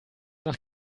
nach